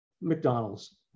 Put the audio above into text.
McDonald's